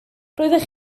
roeddech